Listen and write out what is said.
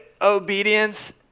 obedience